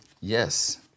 Yes